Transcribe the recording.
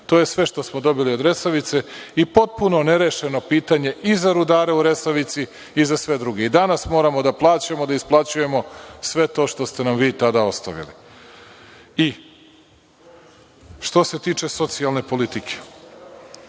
To je sve što smo dobili od Resavice i potpuno nerešeno pitanje i za rudare u Resavici i za sve druge. Danas moramo da plaćamo i da isplaćujemo sve to što ste nam vi ostavili. Što se tiče socijalne politike,